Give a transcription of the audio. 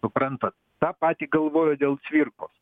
suprantat tą patį galvoju dėl cvirkos